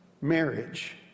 marriage